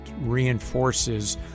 reinforces